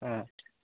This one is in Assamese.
অঁ